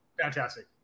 Fantastic